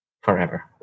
forever